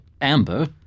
amber